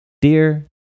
Dear